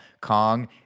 Kong